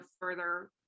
further